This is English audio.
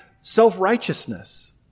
self-righteousness